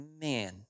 man